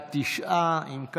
11, אין מתנגדים.